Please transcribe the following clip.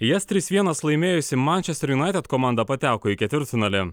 jas trsy vienas laimėjusi mančester junaited komanda pateko į ketvirtfinalį